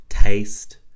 taste